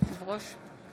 בבקשה לקרוא פעם